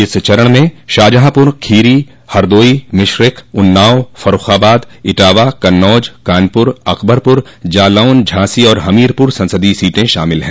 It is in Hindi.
इस चरण में शाहजहांपुर खीरी हरदोई मिश्रिख उन्नाव फर्रूखाबाद इटावा कन्नौज कानपुर अकबरपुर जालौन झांसी और हमीरपुर संसदीय सीटें शामिल हैं